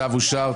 הצבעה אושר.